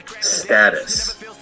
status